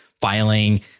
filing